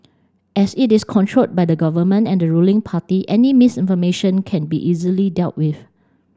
as it is controlled by the Government and the ruling party any misinformation can be easily dealt with